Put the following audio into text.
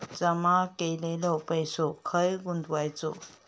जमा केलेलो पैसो खय गुंतवायचो?